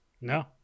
No